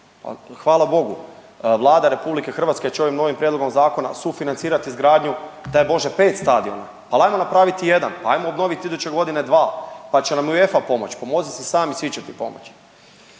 hvala Bogu. Vlada RH će ovim novim prijedlogom zakona sufinancirat izgradnju daj Bože pet stadiona, ali ajmo napraviti jedan, ajmo obnoviti iduće godine dva pa će nam UEFA pomoć, pomozi si sam i svi će ti pomoć.